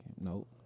Nope